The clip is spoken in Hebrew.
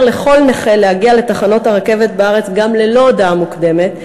לכל נכה להגיע לתחנות הרכבת בארץ גם ללא הודעה מוקדמת,